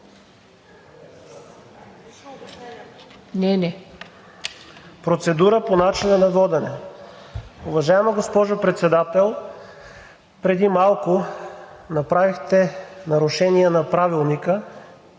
Процедура по начина на водене. Уважаема госпожо Председател, преди малко направихте нарушение на Правилника